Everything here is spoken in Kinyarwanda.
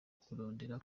kurondera